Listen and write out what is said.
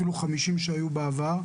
אפילו 50 שהיו בעבר.